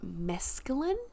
mescaline